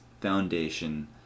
foundation